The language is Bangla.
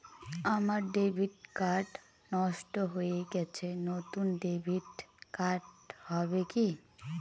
আমার ডেবিট কার্ড নষ্ট হয়ে গেছে নূতন ডেবিট কার্ড হবে কি?